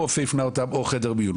או רופא הפנה אותם או חדר מיון.